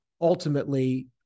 Ultimately